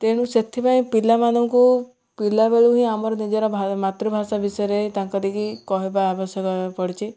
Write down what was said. ତେଣୁ ସେଥିପାଇଁ ପିଲାମାନଙ୍କୁ ପିଲାବେଳୁ ହିଁ ଆମର ନିଜର ମାତୃଭାଷା ବିଷୟରେ ତାଙ୍କ ଦେଇକି କହିବା ଆବଶ୍ୟକ ପଡ଼ିଛି